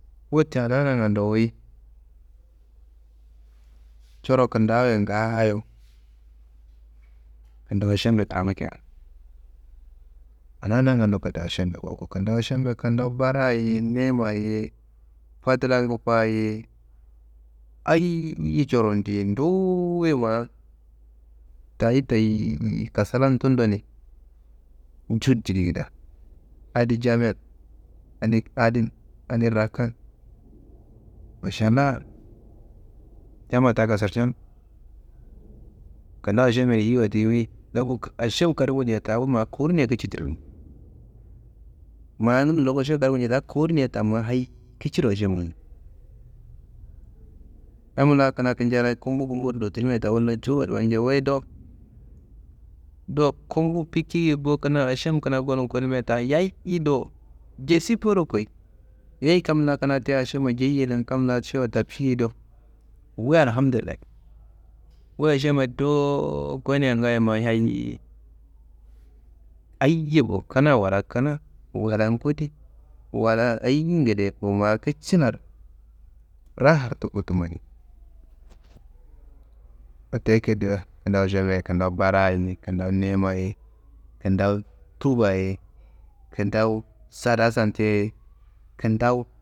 Wote ana nangando wuyi, coro kintawuyen ngaayo, kintawu ašembe saangukea, ana nangando kintawu ašembea goko, kintawu ašembea kintawu bara ye, niyima ye, fadla ngufa ye, ayiye coron diye, nduwu ye ma dayi teyi, kasalan tunu do ni, juhut jidi kida. Adi jamiye, andi na adin, andi raka Mašallah, yamma ta gasarcenu, kintawu ašembe yiyiwa di wuyi loku ašem karungu nja ta, wu ma kowurunia kici difi, ma nunu ndoku ašemma karungu nja ta, ma kowurunia ta ma hayi kiciro ašemma goni. Yam la kina kinji Allayi gumbu gumburo dotunumia ta, wolla jowuwaro wancei, wuyi dowo do gumbu bikiye bowo, kina ašem kina gonu gonimia ta yayi do, jesi boro koyi. Yeyi kam la kina ti ašemma jeyiyena, kam la ašemma tabciye do, wu Alhamdullayi. Wu ašemma dowo gonia ngaaye ma hayi, ayiye bowo kina wala kina, wala ngudi wala ayiye ngedeyi bowo, ma kicilaro rahar tuku tumoni, wote ekeddo kintawu ašemma kintawu bara ye, kintawu niyima ye, kintawu tuwuba ye, kintawu sada sante ye, kintawu.